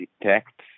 detect